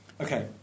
Okay